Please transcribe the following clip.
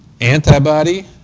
antibody